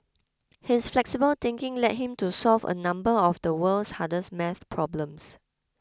his flexible thinking led him to solve a number of the world's hardest math problems